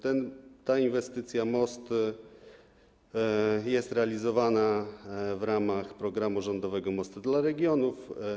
Ta inwestycja - most - jest realizowana w ramach programu rządowego „Mosty dla regionów”